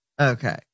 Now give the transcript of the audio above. Okay